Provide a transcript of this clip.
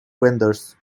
vendors